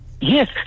Yes